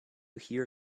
hear